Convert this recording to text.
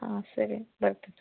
ಹಾಂ ಸರಿ ಬರ್ತೀನಿ